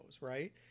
right